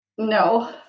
No